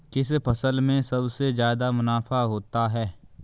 किस फसल में सबसे जादा मुनाफा होता है?